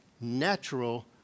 natural